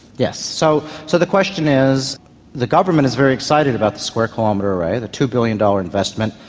yes. so so the question is the government is very excited about the square kilometre array, the two billion dollars investment,